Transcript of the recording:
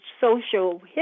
social